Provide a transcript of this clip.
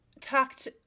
talked